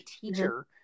teacher